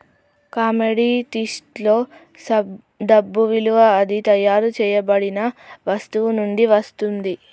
కమోడిటీస్లో డబ్బు విలువ అది తయారు చేయబడిన వస్తువు నుండి వస్తుంది